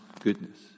goodness